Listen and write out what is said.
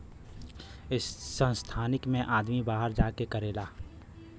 संस्थानिक मे आदमी बाहर जा के करेला